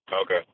Okay